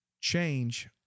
Change